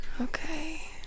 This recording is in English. Okay